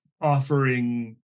offering